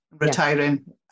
retiring